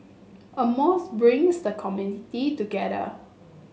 a mosque brings a community together